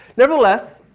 nevertheless,